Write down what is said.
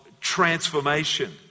transformation